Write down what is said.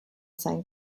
sein